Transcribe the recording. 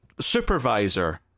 Supervisor